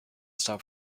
stop